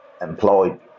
employed